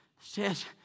says